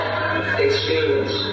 experience